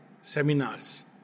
seminars